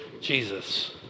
Jesus